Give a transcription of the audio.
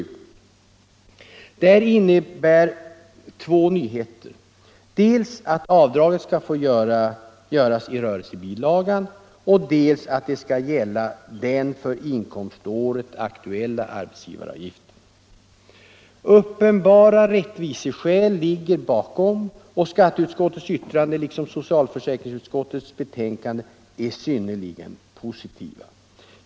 Det här innebär två nyheter: dels att avdraget skall få göras i rörelsebilagan, dels att det skall gälla den för inkomståret aktuella arbetsgivaravgiften. Uppenbara rättviseskäl ligger bakom detta yrkande, och skatteutskottets yttrande liksom socialförsäkringsutskottets betänkande är synnerligen positiva.